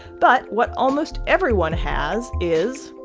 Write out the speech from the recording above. but what almost everyone has is.